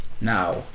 now